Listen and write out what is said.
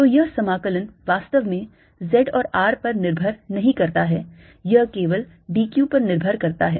तो यह समाकलन वास्तव में z और r पर निर्भर नहीं करता है यह केवल d q पर निर्भर करता है